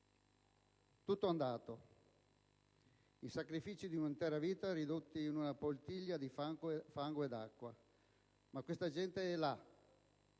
Tutto andato; i sacrifici di un'intera vita ridotti in una poltiglia di fango ed acqua. Ma questa gente è là,